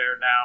Now